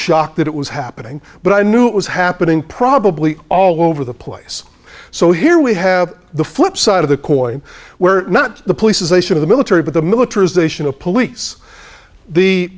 shocked that it was happening but i knew it was happening probably all over the place so here we have the flip side of the coin where not the police is a show of the military but the militarization of police the